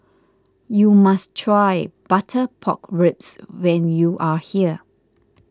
you must try Butter Pork Ribs when you are here